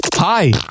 Hi